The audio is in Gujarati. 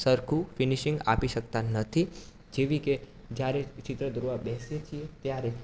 સરખું ફિનિશિંગ આપી શકતા નથી જેવી કે જ્યારે ચિત્ર દોરવા બેસીએ છીએ ત્યારે